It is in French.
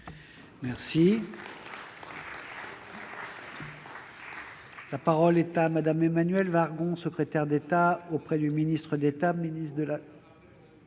Merci,